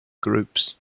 groups